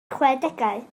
chwedegau